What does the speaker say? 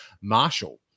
Marshall